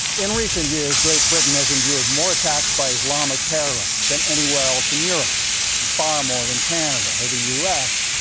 in recent years, great britain has endured more attacks by islamic terrorists than anywhere else in europe and far more than canada or the us.